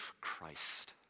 Christ